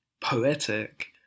poetic